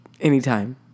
anytime